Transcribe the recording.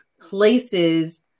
places